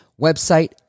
website